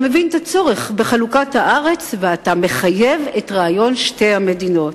מבין את הצורך בחלוקת הארץ ואתה מחייב את רעיון שתי המדינות,